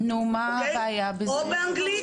או באנגלית.